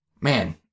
Man